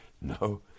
no